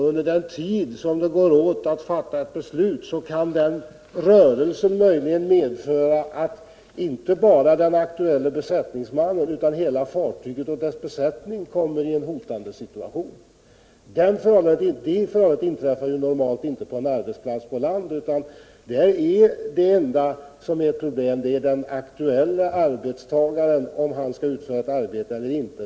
Under den tid som åtgår medan man fattar ett beslut kan den rörelsen möjligen medföra att inte bara den aktuelle besättningsmannen utan också hela fartyget och dess besättning kommer ien hotande situation. Den faran föreligger normalt inte på en arbetsplats på land, utan där är det enda problemet huruvida den aktuelle arbetstagaren skall utföra arbetet eller inte.